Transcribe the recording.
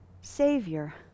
savior